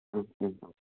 ம் hmm okay